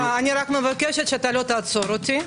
מבקשת שלא תעצור אותי.